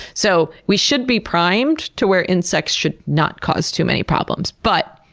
so, we should be primed to where insects should not cause too many problems. but,